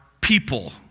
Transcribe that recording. people